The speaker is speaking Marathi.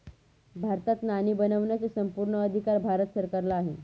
भारतात नाणी बनवण्याचा संपूर्ण अधिकार भारत सरकारला आहे